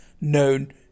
known